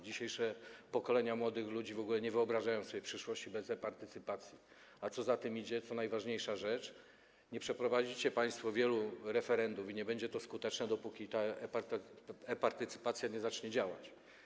Dzisiejsze pokolenie młodych ludzi w ogóle nie wyobraża sobie przyszłości bez e-partycypacji, a co za tym idzie - to najważniejsza rzecz - nie przeprowadzicie państwo wielu referendów i nie będą skuteczne, dopóki ta e-partycypacja nie zacznie działać.